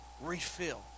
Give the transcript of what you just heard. refill